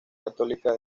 católica